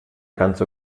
ganz